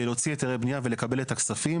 להוציא היתרי בנייה ולקבל את הכספים.